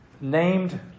named